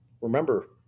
Remember